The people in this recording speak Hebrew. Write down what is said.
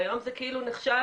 והיום זה כאילו נחשב